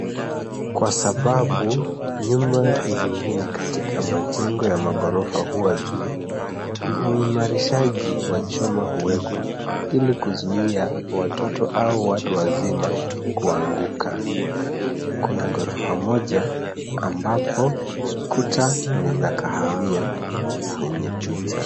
Kwa sababu nyumba zingine katika majengo ya maghorofa huwa juu, uimarishaji wa chuma huwekwa ili kuzuia watoto au watu wazima kuanguka. Kuna ghorofa moja ambapo kuta ni za kahawia kwenye picha.